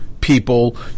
people